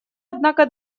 однако